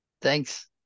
thanks